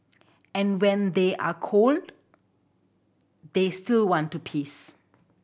and when they are cold they still want to piss